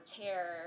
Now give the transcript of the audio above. terror